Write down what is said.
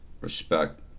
respect